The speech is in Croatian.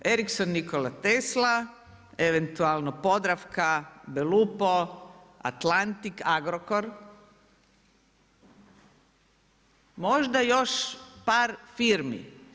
Ericsson, Nikola Tesla, eventualno Podravka, Belupo, Atlantik Agrokor, možda još par firmi.